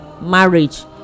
marriage